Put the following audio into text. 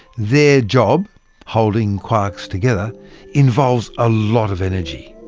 their job holding quarks together involves a lot of energy,